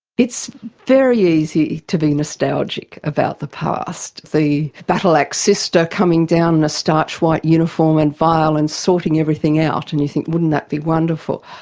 it's very easy to be nostalgic about the past, the battleaxe sister coming down in a starched white uniform and veil and sorting everything out, and you think, wouldn't that be wonderful?